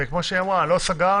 אבל כמו שהיא אמרה: לא סגרנו,